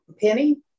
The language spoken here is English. Penny